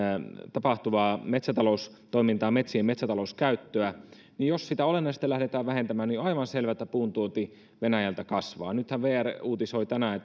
tapahtuvaa metsätaloustoimintaa metsien metsätalouskäyttöä ja jos sitä olennaisesti lähdetään vähentämään on aivan selvää että puuntuonti venäjältä kasvaa nythän vr uutisoi tänään